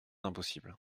impossible